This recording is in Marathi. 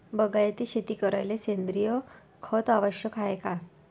बागायती शेती करायले सेंद्रिय खत आवश्यक हाये का?